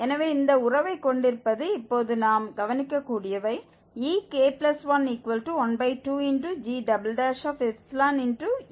எனவே இந்த உறவைக் கொண்டிருப்பது இப்போது நாம் கவனிக்கக்கூடியவை ek112gek2